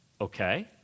Okay